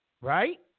Right